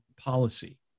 policy